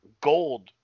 gold